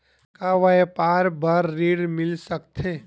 का व्यापार बर ऋण मिल सकथे?